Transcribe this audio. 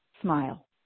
smile